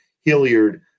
Hilliard